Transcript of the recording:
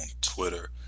Twitter